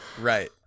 Right